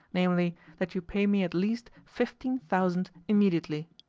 namely, that you pay me at least fifteen thousand immediately.